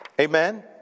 Amen